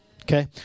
Okay